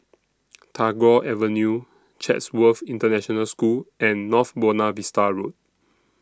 Tagore Avenue Chatsworth International School and North Buona Vista Road